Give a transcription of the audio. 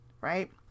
right